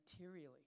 materially